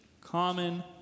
common